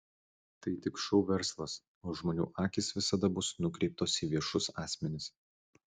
tai tik šou verslas o žmonių akys visada bus nukreiptos į viešus asmenis